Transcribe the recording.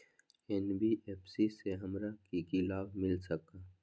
NBFC से हमार की की लाभ मिल सक?